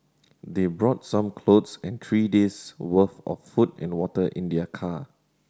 they brought some clothes and three days' worth of food and water in their car